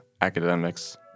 academics